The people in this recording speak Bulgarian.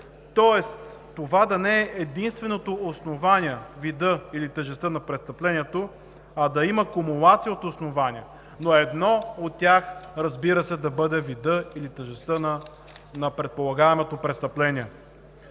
Тоест това да не е единственото основание – видът или тежестта на престъплението, а да има кумулация от основания, но, разбира се, едно от тях да бъде видът или тежестта на предполагаемото престъпление.